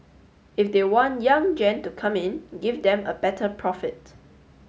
if they want young gen to come in give them a better profit